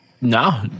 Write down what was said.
No